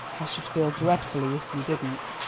i should feel dreadfully if you didn't.